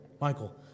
michael